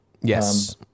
yes